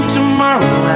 Tomorrow